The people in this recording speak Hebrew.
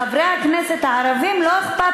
לחברי הכנסת הערבים לא אכפת,